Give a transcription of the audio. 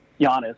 Giannis